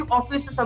office